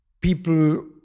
people